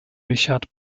richard